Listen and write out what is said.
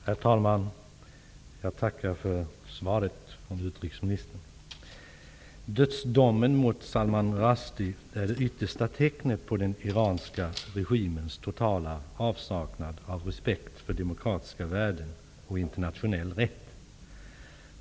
Herr talman! Jag tackar för svaret från utrikesministern. Dödsdomen mot Salman Rushdie är det yttersta tecknet på den iranska regimens totala avsaknad av respekt för demokratiska värden och internationell rätt.